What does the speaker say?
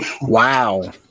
wow